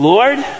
Lord